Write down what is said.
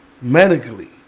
medically